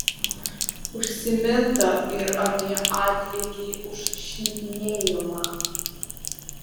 užsiminta ir apie atlygį už šnipinėjimą